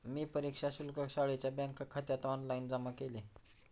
मी परीक्षा शुल्क शाळेच्या बँकखात्यात ऑनलाइन जमा केले